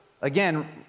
again